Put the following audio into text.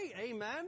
Amen